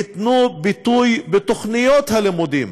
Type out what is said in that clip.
ייתנו ביטוי בתוכניות הלימודים